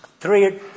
Three